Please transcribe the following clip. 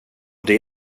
det